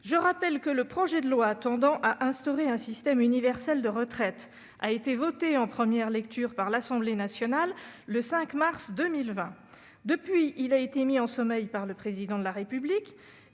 Je rappelle que le projet de loi instituant un système universel de retraite a été voté en première lecture par l'Assemblée nationale le 3 mars 2020, avant d'être mis en sommeil par le Président de la République.